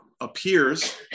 appears